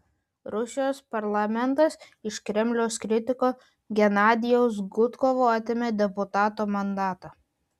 rusijos parlamentas iš kremliaus kritiko genadijaus gudkovo atėmė deputato mandatą